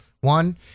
one